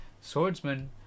swordsman